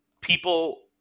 people